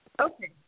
Okay